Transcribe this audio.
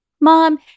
Mom